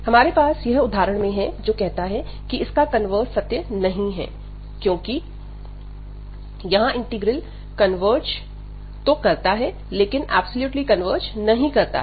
हमारे पास यह उदाहरण में है जो कहता है कि इसका कन्वर्स सत्य नहीं है क्योंकि यहां इंटीग्रल कन्वर्ज तो करता है लेकिन ऐब्सोल्युटली कन्वर्ज नहीं करता है